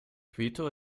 quito